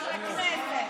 אז לכנסת.